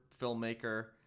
filmmaker